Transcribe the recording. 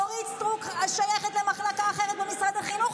אורית סטרוק שייכת למחלקה אחרת במשרד החינוך,